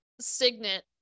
signet